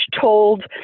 told